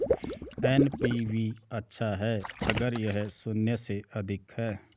NPV अच्छा है अगर यह शून्य से अधिक है